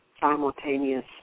Simultaneous